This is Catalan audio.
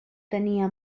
tenia